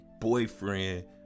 boyfriend